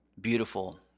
beautiful